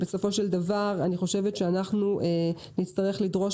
בסופו של דבר אני חושבת שאנחנו נצטרך לדרוש